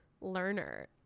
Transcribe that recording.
learner